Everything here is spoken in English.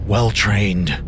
Well-trained